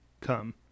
come